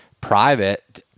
private